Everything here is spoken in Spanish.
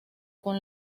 con